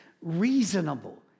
reasonable